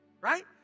Right